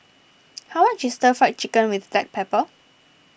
how much is Stir Fried Chicken with Black Pepper